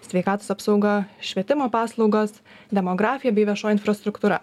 sveikatos apsauga švietimo paslaugos demografija bei viešoji infrastruktūra